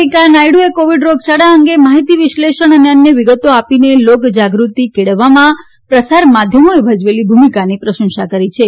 વેંકૈયા નાયડુએ કોવિડ રોગયાળા અંગે માહિતી વિશ્લેષણ અને અન્ય વિગતો આપીને લોકજાગૃતિ કેળવવામાં પ્રસાર માધ્યમોએ ભજવેલી ભૂમિકાની પ્રશંસા કરી છે